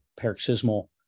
paroxysmal